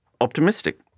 optimistic